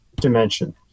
dimension